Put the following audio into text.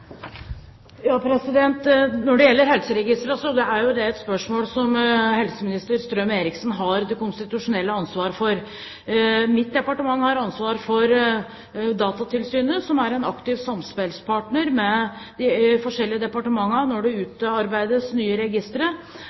Når det gjelder helseregistrene, er jo det et spørsmål som helseminister Strøm-Erichsen har det konstitusjonelle ansvaret for. Mitt departement har ansvar for Datatilsynet, som er en aktiv samspillpartner med de forskjellige departementene når det utarbeides nye registre.